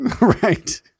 Right